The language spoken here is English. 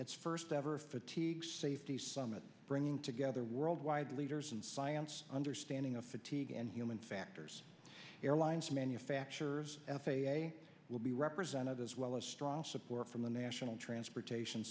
its first ever fatigue safety summit bringing together worldwide leaders and science understanding of fatigue and human factors airlines manufacturers f a a will be represented as well as strong support from the national transportation